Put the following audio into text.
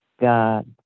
God